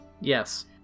Yes